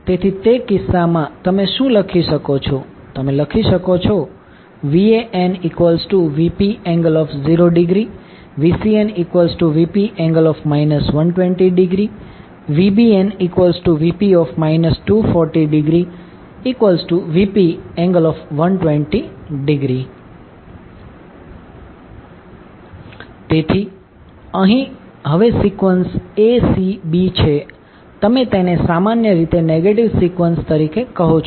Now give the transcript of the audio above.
તેથી તે કિસ્સામાં તમે શું લખી શકો છો તમે લખી શકો છો VanVp∠0° VcnVp∠ 120° VbnVp∠ 240°Vp∠120° તેથી અહીં હવે સિકવન્સ acb છે તમે તેને સામાન્ય રીતે નેગેટિવ સિકવન્સ તરીકે કહો છો